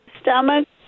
Stomach